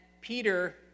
Peter